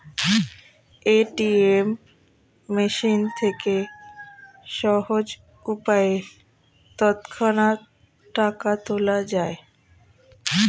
ATM machine থেকে সহজ উপায়ে তৎক্ষণাৎ টাকা তোলা যায়